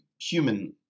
human